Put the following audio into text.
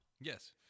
Yes